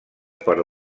per